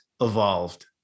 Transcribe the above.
evolved